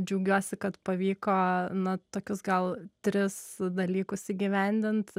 džiaugiuosi kad pavyko na tokius gal tris dalykus įgyvendint